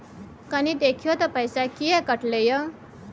कनी देखियौ त पैसा किये कटले इ?